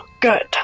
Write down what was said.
good